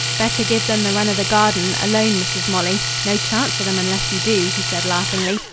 better give them the run of the garden alone, mrs. molly. no chance for them unless you do, he said laughingly,